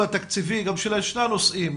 התקציבי בשני הנושאים,